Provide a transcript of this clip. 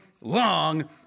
long